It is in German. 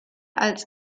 als